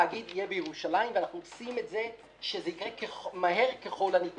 התאגיד יהיה בירושלים ואנחנו פועלים כדי שזה יקרה מהר ככל הניתן.